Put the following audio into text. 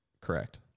Correct